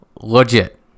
Legit